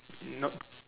not